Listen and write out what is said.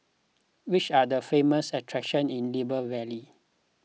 which are the famous attractions in Libreville